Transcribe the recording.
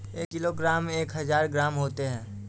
एक किलोग्राम में एक हजार ग्राम होते हैं